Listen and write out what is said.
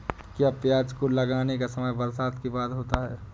क्या प्याज को लगाने का समय बरसात के बाद होता है?